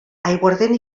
aiguardent